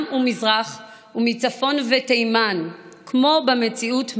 "מים ומזרח ומצפון ותימן", כמו במציאות ממש.